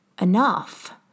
enough